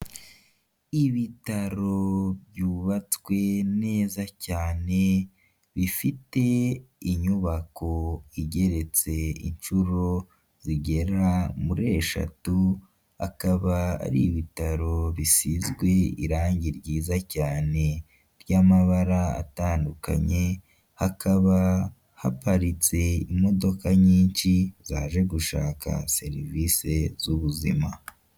Ibitaro byubatswe neza cyane bifite inyubako igeretse inshuro zigera muri eshatu akaba ari ibitaro bisizwe irangi ryiza cyane ry'amabara atandukanye hakaba haparitse imodoka nyinshi zaje gushaka serivisi z'ubuzima.